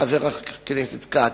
חבר הכנסת כץ,